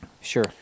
Sure